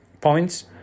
points